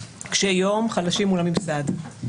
קשיי יום, חלשים מול הממסד.